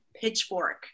pitchfork